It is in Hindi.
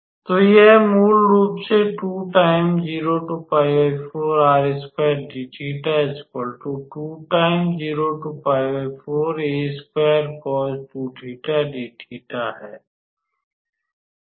तो यह मूल रूप से है तो यह